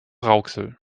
rauxel